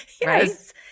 Yes